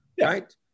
right